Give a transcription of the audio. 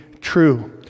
true